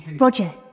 Roger